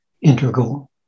integral